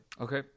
Okay